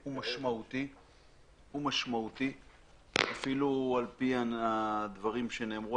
הוא משמעותי אפילו על פי הדברים שנאמרו